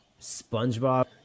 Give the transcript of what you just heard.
SpongeBob